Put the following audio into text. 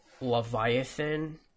Leviathan